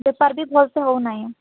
ବେପାର ବି ଭଲସେ ହଉ ନାଇଁ